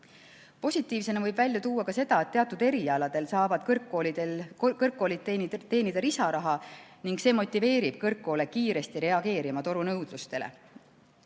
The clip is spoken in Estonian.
Positiivsena võib välja tuua seda, et teatud erialadel saavad kõrgkoolid teenida lisaraha ning see motiveerib kõrgkoole kiiresti reageerima turunõudlustele.